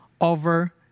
over